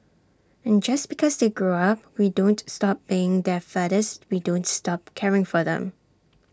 and just because they grow up we don't stop being their fathers we don't stop caring for them